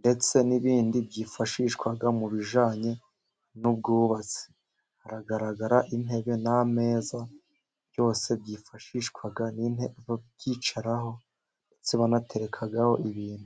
ndetse n'ibindi byifashishwa mu bijyanye n'ubwubatsi, haragaragara intebe n'ameza, byose byifashishwa babyicaraho ndetse banaterekaho ibintu.